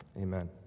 amen